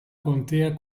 contea